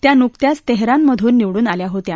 त्या नुकत्याच तह्वान मधून निवडून आल्या होत्या